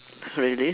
really